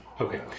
Okay